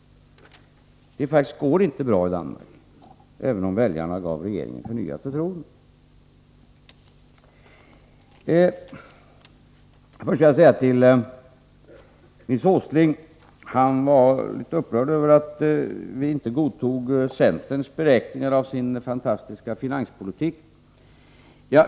Det går faktiskt inte bra i Danmark, även om väljarna gav regeringen förnyat förtroende. Nils Åsling var litet upprörd över att vi inte godtog centerns beräkningar av dess fantastiska finanspolitik.